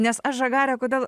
nes aš žagarę kodėl